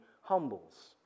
humbles